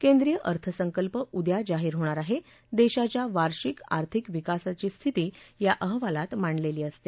केंद्रीय अर्थसंकल्प उद्या जाहीर होणार आहे देशाच्या वार्षिक आर्थिक विकासाचे स्थिती या अहवालात मांडलेली असते